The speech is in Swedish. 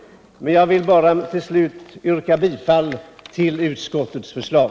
Jag vill bara till slut yrka bifall till utskottets förslag.